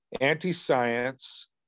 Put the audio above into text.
anti-science